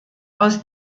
aus